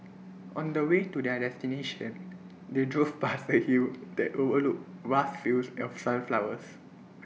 on the way to their destination they drove past A hill that overlooked vast fields of sunflowers